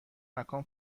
مکان